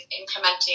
implementing